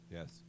Yes